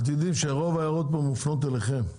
אתם יודעים שרוב ההערות פה מופנות אליכם,